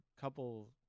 couple